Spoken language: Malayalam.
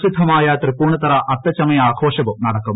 പ്രസിദ്ധമായ തൃപ്പൂണിത്തുറ അത്തച്ചമയ ആഘോഷവും നടക്കും